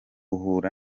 uhura